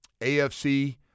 AFC